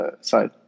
side